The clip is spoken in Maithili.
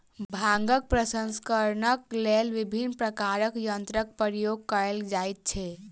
भांगक प्रसंस्करणक लेल विभिन्न प्रकारक यंत्रक प्रयोग कयल जाइत छै